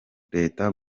leta